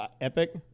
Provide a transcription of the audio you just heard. epic